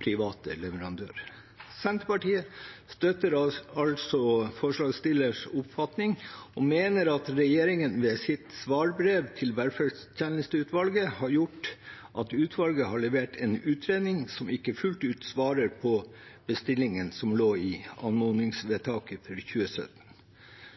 private leverandører. Senterpartiet støtter altså forslagsstillerens oppfatning og mener at regjeringen ved sitt svarbrev til velferdstjenesteutvalget har gjort at utvalget har levert en utredning som ikke fullt ut svarer på bestillingen som lå i anmodningsvedtaket fra 2017.